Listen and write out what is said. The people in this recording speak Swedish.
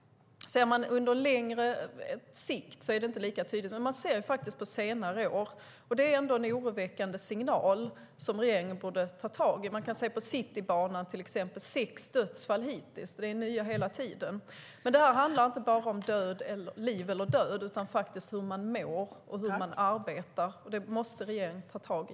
Sett på längre sikt är detta inte lika tydligt, men man ser det på senare år. Detta är en oroväckande signal som regeringen borde ta tag i. På Citybanan har det till exempel varit sex dödsfall hittills. Det är nya hela tiden. Men detta handlar inte bara om liv eller död utan om hur man mår och arbetar. Det måste regeringen ta tag i.